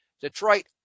Detroit